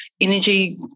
energy